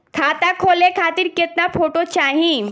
खाता खोले खातिर केतना फोटो चाहीं?